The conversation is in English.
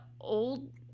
old